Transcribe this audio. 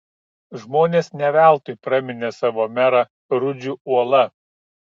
žmonės ne veltui praminė savo merą rudžiu uola